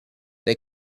they